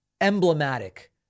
emblematic